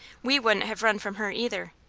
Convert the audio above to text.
we wouldn't have run from her, either.